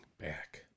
back